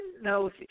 No